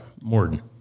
Morden